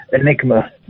Enigma